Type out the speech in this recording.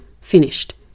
finished